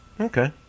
Okay